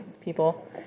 people